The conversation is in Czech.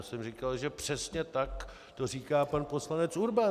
Já jsem říkal, že přesně tak to říká pan poslanec Urban.